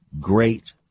great